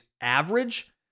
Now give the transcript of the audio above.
average